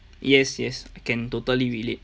yes yes I can totally relate